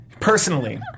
Personally